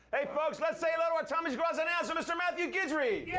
hey, folks, let's say hello to our tommy's garage announcer, mr. matthew guidry. yeah